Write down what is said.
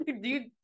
Dude